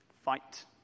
Fight